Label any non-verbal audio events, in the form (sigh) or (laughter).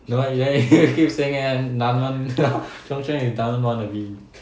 no leh then you keep saying dunman (laughs) chung cheng is dunman wannabe